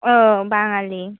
औ बाङालि